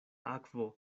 akvo